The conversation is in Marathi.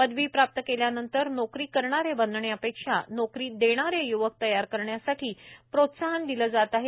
पदवी प्राप्त केल्यानंतर नोकरी करणारे बनण्यापेक्षा नोकरी देणारे युवक तयार करण्यासाठी प्रोत्साहन दिले जात आहे